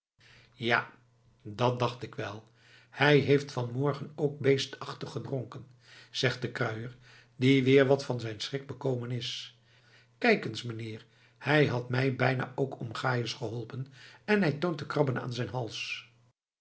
ja dat dacht ik wel hij heeft van morgen ook beestachtig gedronken zegt de kruier die weer wat van zijn schrik bekomen is kijk eens meneer hij had mij bijna ook om gaies geholpen en hij toont de krabben aan zijn hals